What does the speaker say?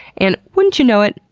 and wouldn't you know it,